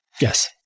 Yes